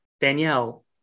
Danielle